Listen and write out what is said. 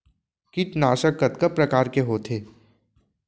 कीटनाशक कतका प्रकार के होथे?